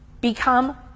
Become